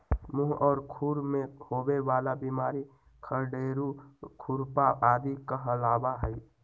मुह और खुर में होवे वाला बिमारी खंडेरू, खुरपा आदि कहलावा हई